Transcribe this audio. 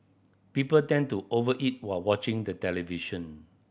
people tend to over eat were watching the television